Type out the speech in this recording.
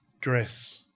dress